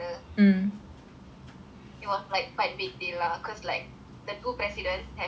it was like quite big lah because like the two president have one girl in common